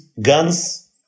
guns